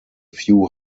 few